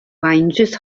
ranges